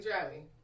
driving